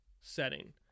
setting